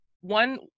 one